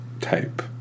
type